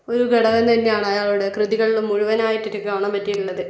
ഒരു ഘടകം തന്നെയാണ് അയാളുടെ കൃതികളിൽ മുഴുവനായിട്ട് എനിക്ക് കാണാൻ പറ്റിയിട്ടുള്ളത്